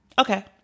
Okay